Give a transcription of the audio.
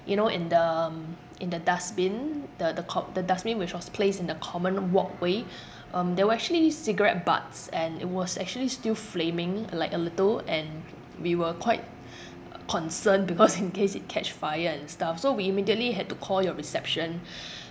you know in the um in the dustbin the the co~ the dustbin which was placed in the common walkway um there were actually cigarette butts and it was actually still flaming like a little and we were quite concerned because in case it catch fire and stuff so we immediately had to call your reception